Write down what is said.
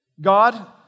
God